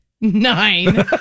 nine